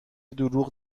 دروغ